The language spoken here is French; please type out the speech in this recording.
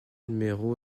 numéro